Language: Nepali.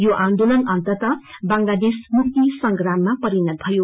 यो आन्दोलन अन्ततः बांग्लादेश मुक्ति संग्राममा परिणत भयो